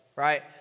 right